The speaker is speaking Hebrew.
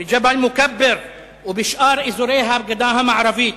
בג'בל-מוכבר ובשאר אזורי הגדה המערבית.